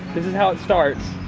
is and how it starts.